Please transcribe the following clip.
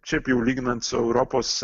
šiaip jau lyginant su europos